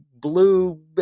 blue